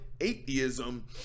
atheism